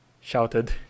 shouted